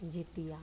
Jitiya